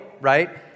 right